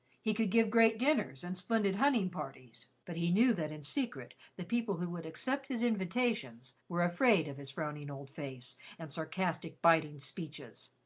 he could give great dinners and splendid hunting parties but he knew that in secret the people who would accept his invitations were afraid of his frowning old face and sarcastic, biting speeches.